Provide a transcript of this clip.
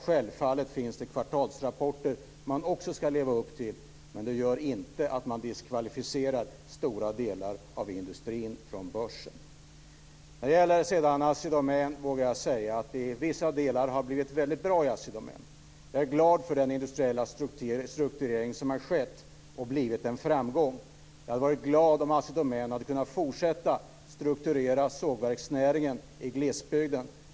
Självfallet finns det kvartalsrapporter som den också ska leva upp till, men det gör inte att man kan diskvalificera stora delar av industrin från börsen. När det gäller Assi Domän vågar jag säga att vissa delar har blivit väldigt bra. Jag är glad för den industriella strukturering som har skett och blivit en framgång. Jag hade varit glad om Assi Domän hade kunnat fortsätta att strukturera sågverksnäringen i glesbygden.